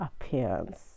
appearance